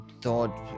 thought